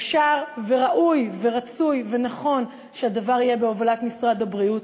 אפשר וראוי ורצוי ונכון שהדבר יהיה בהובלת משרד הבריאות,